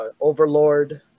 Overlord